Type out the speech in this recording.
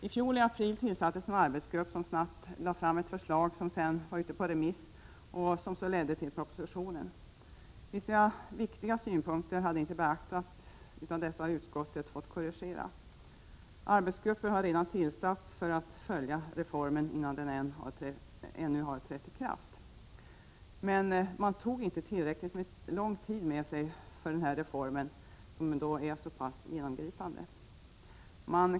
I fjol i april tillsattes en arbetsgrupp som snabbt lade fram ett förslag, som var ute på remiss och som sedan ledde fram till propositionen. Vissa viktiga synpunkter hade inte beaktats utan dessa har utskottet fått korrigera. Arbetsgrupper har tillsatts för att följa reformen redan innan den ännu har trätt i kraft. Man tog inte tillräckligt lång tid på sig för att utarbeta en reform som är så pass genomgripande som denna.